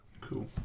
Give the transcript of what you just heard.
Cool